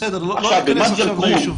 בסדר, לא ניכנס עכשיו ליישובים.